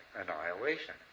annihilation